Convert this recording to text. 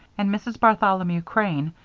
and mrs. bartholomew crane,